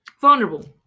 Vulnerable